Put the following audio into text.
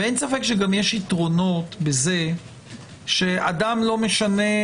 ואין ספק שיש גם יתרונות בכך שאדם לא צריך